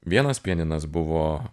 vienas pianinas buvo